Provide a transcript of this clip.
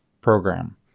program